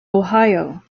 ohio